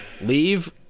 Leave